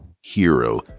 Hero